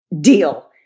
deal